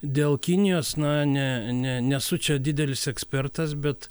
dėl kinijos na ne ne nesu čia didelis ekspertas bet